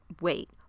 wait